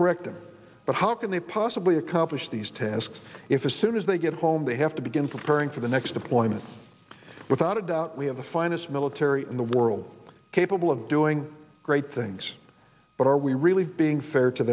correct them but how can they possibly accomplish these tasks if as soon as they get home they have to begin preparing for the next deployment without a doubt we have the finest military in the world capable of doing great things but are we really being fair to